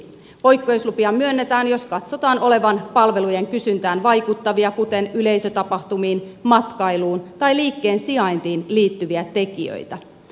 poikkeuslupia myönnetään jos katsotaan olevan palvelujen kysyntään vaikuttavia kuten yleisötapahtumiin matkailuun tai liikkeen sijaintiin liittyviä tekijöitä